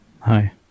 Hi